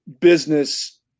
business